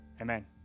Amen